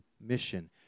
mission